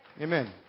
Amen